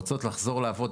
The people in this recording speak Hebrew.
שהן רוצות ישר לחזור לעבוד?